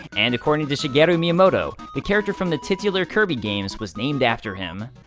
and according to shigeru miyamoto, the character from the titular kirby games was named after him.